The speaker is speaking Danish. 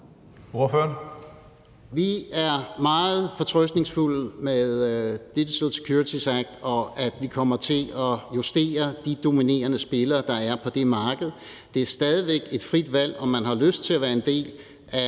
Vi er meget fortrøstningsfulde i forhold til Digital Services Act, og at vi kommer til at justere de dominerende spillere, der er på det marked. Det er stadig væk et frit valg, om man har lyst til at være en del af